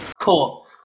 Cool